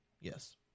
Yes